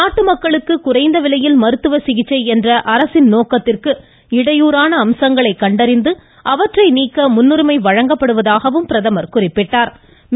நாட்டு மக்களுக்கு குறைந்த விலையில் மருத்துவ சிகிச்சை என்ற அரசின் நோக்கத்திற்கு இடையூறான அம்சங்களை கண்டறிந்து அவற்றை நீக்க முன்னுரிமை வழங்கப்படுவதாகவும் அவா குறிப்பிட்டாா்